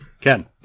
ken